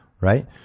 Right